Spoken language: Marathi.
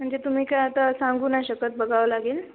म्हणजे तुम्ही काय आता सांगू नाही शकत बघावं लागेल